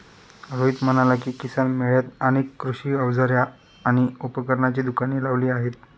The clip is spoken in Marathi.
रोहित म्हणाला की, किसान मेळ्यात अनेक कृषी अवजारे आणि उपकरणांची दुकाने लावली आहेत